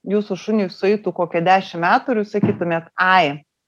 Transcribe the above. jūsų šuniui sueitų kokie dešim metų ir jūs sakytumėt ai